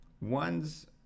one's